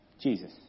Jesus